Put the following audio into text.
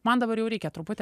man dabar jau reikia truputį